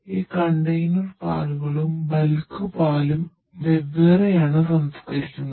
ഈ കണ്ടെയ്നർ പാലും വെവ്വേറെയാണ് സംസ്കരിക്കുന്നത്